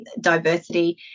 diversity